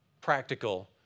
practical